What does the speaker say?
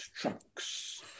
trunks